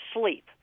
sleep